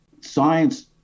science